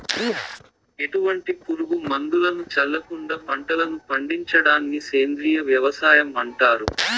ఎటువంటి పురుగు మందులను చల్లకుండ పంటలను పండించడాన్ని సేంద్రీయ వ్యవసాయం అంటారు